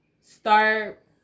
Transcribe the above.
start